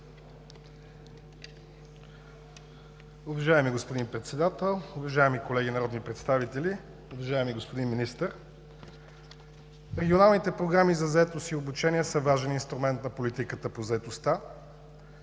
Уважаеми господин Председател, уважаеми колеги народни представители, уважаеми господин Министър! Регионалните програми за заетост и обучение са важен инструмент на политиката по заетостта.